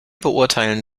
beurteilen